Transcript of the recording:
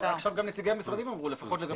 גם נציגי המשרדים אמרו את זה.